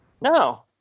No